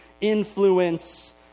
influence